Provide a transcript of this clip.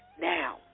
Now